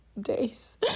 days